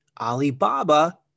Alibaba